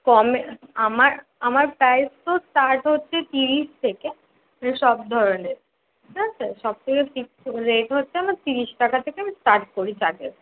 কমে আমার আমার প্রাইস তো স্টার্ট হচ্ছে তিরিশ থেকে দিয়ে সব ধরনের ঠিক আছে সবথেকে ফিক্সড রেট হচ্ছে আমার তিরিশ টাকা থেকে আমি স্টার্ট করি চাটের